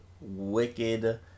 wicked